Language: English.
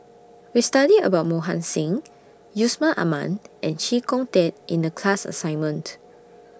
We studied about Mohan Singh Yusman Aman and Chee Kong Tet in The class assignment